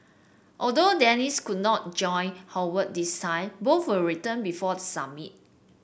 although Dennis could not join Howard this time both will return before the summit